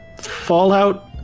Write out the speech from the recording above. fallout